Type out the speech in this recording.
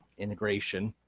integration.